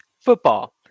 football